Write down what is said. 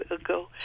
ago